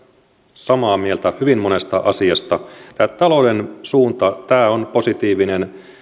samaa mieltä hyvin monesta asiasta tämä talouden suunta on positiivinen